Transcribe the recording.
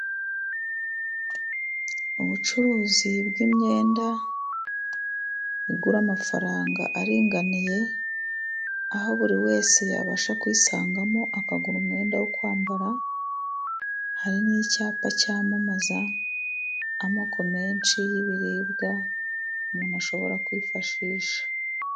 Ubucuruzi bw'imyenda igura amafaranga aringaniye, aho buri wese yabasha kuyisangamo akagura umwenda wo kwambara, hari n'icyapa cyamamaza amoko menshi y'ibiribwa, umuntu ashobora kwifashisha.